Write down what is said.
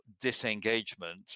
disengagement